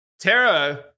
Terra